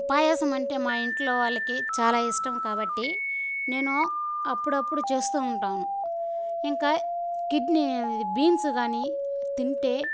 పాయసం అంటే మా ఇంట్లో వాళ్ళకి చాలా ఇష్టం కాబట్టి నేను అప్పుడప్పుడు చేస్తూ ఉంటాను ఇంకా కిడ్నీ బీన్స్ కానీ తింటే